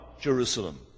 Jerusalem